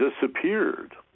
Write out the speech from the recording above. disappeared